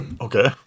Okay